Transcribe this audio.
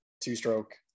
two-stroke